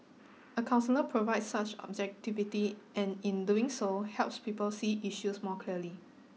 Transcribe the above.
a counsellor provide such objectivity and in doing so helps people see issues more clearly